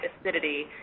acidity